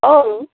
औ